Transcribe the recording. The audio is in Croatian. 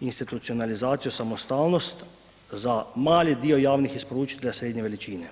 institucionalizaciju i samostalnost za mali dio javnih isporučitelja srednje veličine.